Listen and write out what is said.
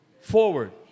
forward